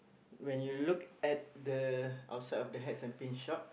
when you look at the outside of the hats and pins shop